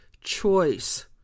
choice